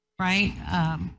right